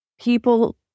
people